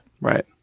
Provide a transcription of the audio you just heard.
Right